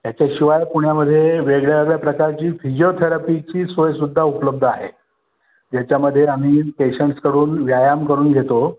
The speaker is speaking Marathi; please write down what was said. त्याच्याशिवाय पुण्यामध्ये वेगळ्यावेगळ्या प्रकारची फिजिओथेरापीची सोयसुद्धा उपलब्ध आहे ज्याच्यामध्ये आम्ही पेशंट्सकडून व्यायाम करून घेतो